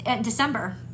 December